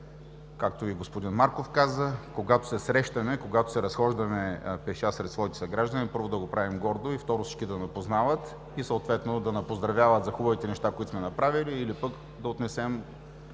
каза и господин Марков – когато се срещаме, когато се разхождаме пеша сред своите съграждани, първо да го правим гордо, и, второ, всички да ни познават, и съответно да ни поздравяват за хубавите неща, които сме направили или да отнесем